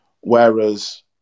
Whereas